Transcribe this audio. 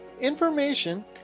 information